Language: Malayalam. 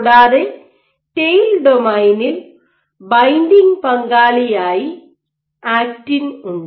കൂടാതെ ടെയിൽ ഡൊമെയ്നിൽ ബൈൻഡിംഗ് പങ്കാളിയായി ആക്റ്റിൻ ഉണ്ട്